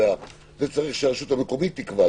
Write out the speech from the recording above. זה צריך שהרשות המקומית תקבע,